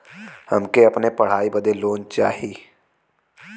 हमके अपने पढ़ाई बदे लोन लो चाही?